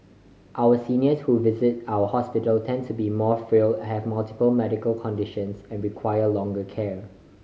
our seniors who visit our hospitals tend to be more frail have multiple medical conditions and require longer care